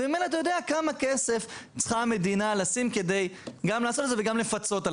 וממילא אתה יודע כמה כסף צריכה המדינה לשים כדי לעשות את זה ולפצות על